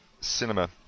cinema